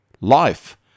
life